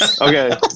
Okay